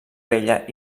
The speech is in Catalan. vella